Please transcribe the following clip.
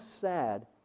sad